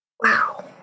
Wow